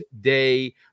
day